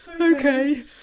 okay